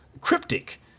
cryptic